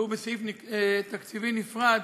והוא בסעיף תקציבי נפרד